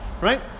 Right